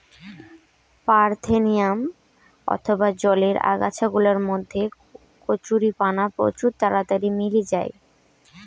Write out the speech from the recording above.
parthenium অথবা জলের আগাছা গুলার মধ্যে কচুরিপানা প্রচুর তাড়াতাড়ি মেলি যায়